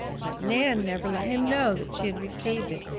but nan never let him know that she had received it,